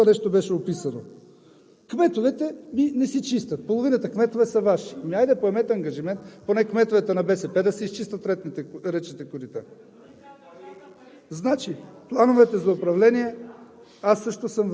часа се изля водата за четири месеца. В коя Рамкова директива това нещо беше описано? Кметовете винаги си чистят. Половината кметове са ваши. Хайде, поемете ангажимент поне кметовете на БСП да си изчистят речните корита.